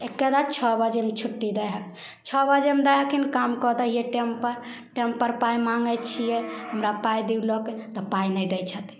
एक्के बेर छओ बजेमे छुट्टी दै हखिन छओ बजेमे दै हखिन काम कऽ दै हिए टेमपर टेमपर पाइ माँगै छिए हमरा पाइ देलक तऽ पाइ नहि दै छथिन